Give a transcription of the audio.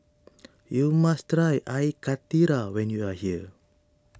you must try Air Karthira when you are here